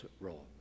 role